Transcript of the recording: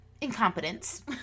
incompetence